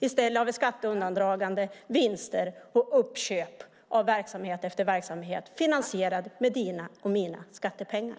I stället har vi skatteundandraganden, vinster och uppköp av verksamhet efter verksamhet finansierad med dina och mina skattepengar.